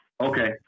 Okay